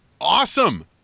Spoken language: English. awesome